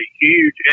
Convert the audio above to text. huge